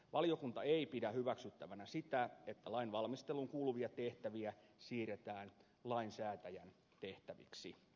valiokunta ei pidä hyväksyttävänä sitä että lainvalmisteluun kuuluvia tehtäviä siirretään lainsäätäjän tehtäviksi